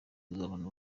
tuzabona